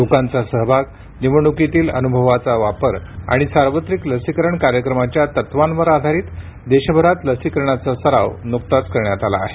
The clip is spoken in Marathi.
लोकांचा सहभाग निवडणुकीतील अनुभवाचा वापर आणि सार्वत्रिक लसीकरण कार्यक्रमाच्या तत्वांवर आधारित देशभरात लसीकरणाचा सराव नुकताच करण्यात आला आहे